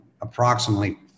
approximately